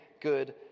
good